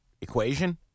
equation